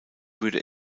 würde